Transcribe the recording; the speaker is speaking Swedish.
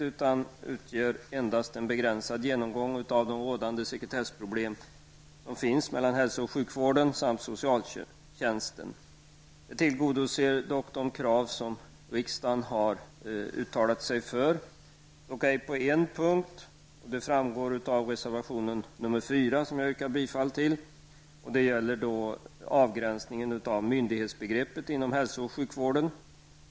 Propositionsförslagen innebär endast en begränsad genomgång av de rådande sekretessproblemen som förekommer mellan å ena sidan hälso och sjukvården och å andra sidan socialtjänsten. Propositionsförslagen tillgodoser dock de krav som riksdagen har framfört. Detta gäller dock inte i fråga om de problem som tas upp i reservation 4, som jag ber att få yrka bifall till och som gäller avgränsningen av myndighetsgrupper inom hälso och sjukvården.